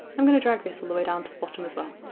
i'm gonna drag this all the way down to the bottom as well.